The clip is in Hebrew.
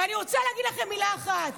ואני רוצה להגיד לכם מילה אחת.